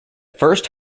first